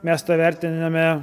mes tą vertiname